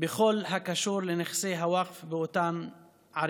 בכל הקשור לנכסי הווקף באותן ערים.